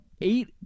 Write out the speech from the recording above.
eight